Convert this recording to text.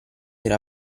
era